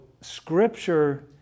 scripture